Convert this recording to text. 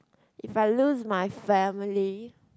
if I lose my family